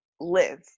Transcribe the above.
live